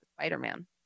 Spider-Man